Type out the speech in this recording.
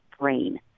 brain